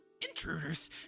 Intruders